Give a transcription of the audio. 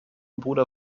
bruder